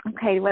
Okay